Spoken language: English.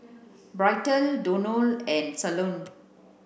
Bryton Donal and Salome